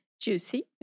juicy